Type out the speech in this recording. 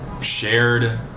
shared